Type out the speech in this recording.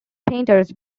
painters